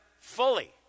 fully